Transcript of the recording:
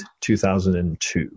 2002